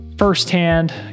Firsthand